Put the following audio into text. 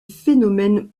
phénomènes